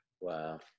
Wow